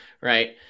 right